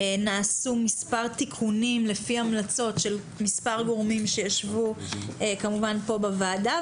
נעשו מספר תיקונים לפי המלצות של מספר גורמים שישבו כמובן פה בוועדה,